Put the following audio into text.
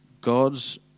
God's